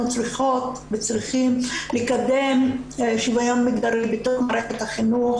צריכות וצריכים לקדם שוויון מגדרי בתוך מערכת החינוך